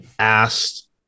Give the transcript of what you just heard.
asked